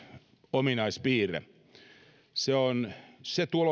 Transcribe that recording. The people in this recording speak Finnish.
ominaispiirre se